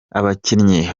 abakinnyi